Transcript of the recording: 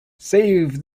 save